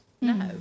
No